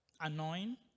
annoying